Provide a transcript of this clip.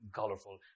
colorful